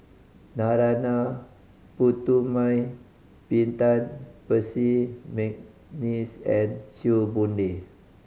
Narana Putumaippittan Percy McNeice and Chew Boon Lay